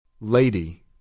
Lady